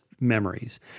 memories